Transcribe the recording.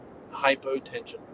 hypotension